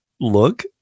look